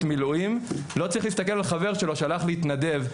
מילואים לא צריך להסתכל על חבר שלו שהלך להתנדב,